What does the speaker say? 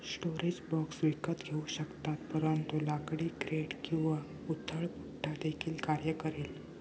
storage box विकत घेऊ शकतात परंतु लाकडी क्रेट किंवा उथळ पुठ्ठा देखील कार्य करेल